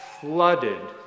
flooded